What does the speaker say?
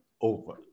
over